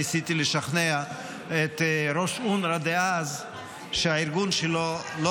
ניסיתי לשכנע את ראש אונר"א דאז שהארגון שלו לא